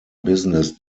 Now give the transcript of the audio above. business